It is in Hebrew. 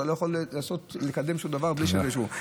אתה לא יכול לקדם שום דבר בלי אישור.